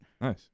Nice